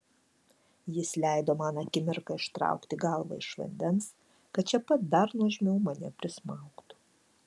jis leido man akimirką ištraukti galvą iš vandens kad čia pat dar nuožmiau mane prismaugtų